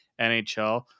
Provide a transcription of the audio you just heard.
NHL